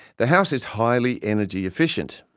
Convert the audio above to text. the house is highly energy efficient.